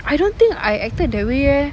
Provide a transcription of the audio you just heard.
I don't think I acted that way eh